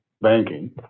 banking